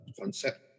concept